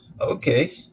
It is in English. Okay